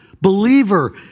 believer